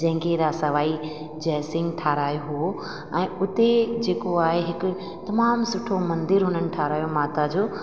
जीअं की रासा बाई जय सिंह ठाहिरायो हुओ ऐं हुते जेको आहे हिकु तमामु सुठो मंदरु हुननि ठाहिरायो माता जो